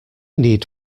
need